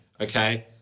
okay